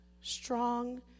strong